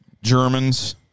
Germans